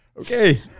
Okay